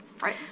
right